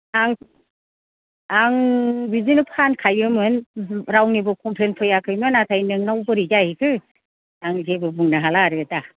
आं बिदिनो फानखायोमोन रावनिबो कमप्लेन फैयाखैमोन नाथाय नोंनाव बोरै जाहैखो आं जेबो बुंनो हाला आरो दा